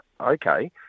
okay